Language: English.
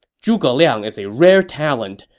zhuge liang is a rare talent,